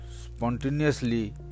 spontaneously